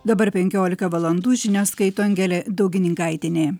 dabar penkiolika valandų žinias skaito angelė daugininkaitienė